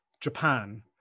Japan